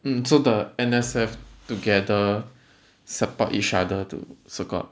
um so the N_S_F together support each other to so called